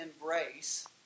embrace